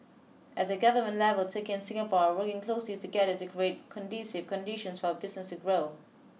at the government level Turkey and Singapore are working closely together to create conducive conditions for our business to grow